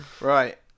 Right